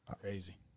Crazy